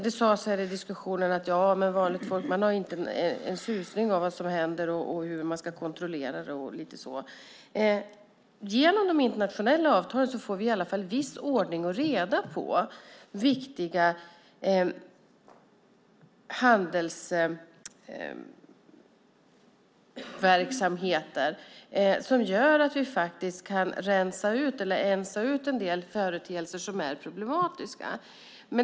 Det sades här i diskussionen att vanligt folk inte har en susning om vad som händer, hur man ska kontrollera det hela och så vidare. Genom de internationella avtalen får vi i alla fall viss ordning och reda i viktiga handelsverksamheter vilket gör att vi kan rensa ut en del företeelser som är problematiska.